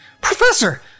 Professor